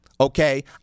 Okay